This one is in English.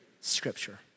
scripture